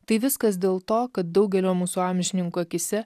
tai viskas dėl to kad daugelio mūsų amžininkų akyse